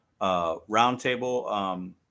roundtable